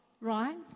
Right